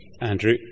Andrew